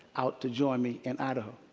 out to join me in idaho.